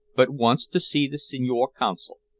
but wants to see the signor console.